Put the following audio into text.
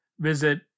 visit